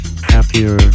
happier